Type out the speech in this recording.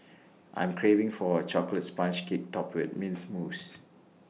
I am craving for A Chocolate Sponge Cake Topped with Mint Mousse